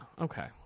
okay